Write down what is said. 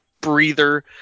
breather